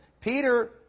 Peter